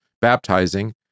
baptizing